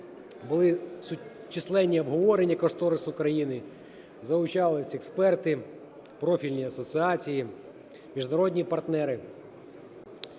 були числення обговорення кошторису країни, залучались експерти, профільні асоціації, міжнародні партнери.